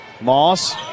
Moss